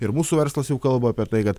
ir mūsų verslas jau kalba apie tai kad